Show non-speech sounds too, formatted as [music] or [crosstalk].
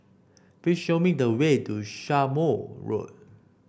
please show me the way to [unintelligible] Road